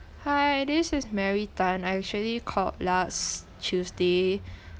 hi this is mary tan I actually called last tuesday